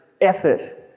effort